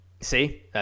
See